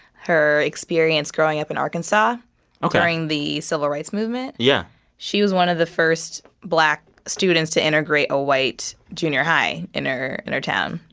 her experience growing up in arkansas during the civil rights movement yeah she was one of the first black students to integrate a white junior high in her in her town.